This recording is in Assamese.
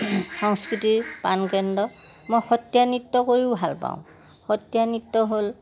সংস্কৃতিৰ প্ৰাণকেন্দ্ৰ মই সত্ৰীয়া নৃত্য কৰিও ভাল পাওঁ সত্ৰীয়া নৃত্য হ'ল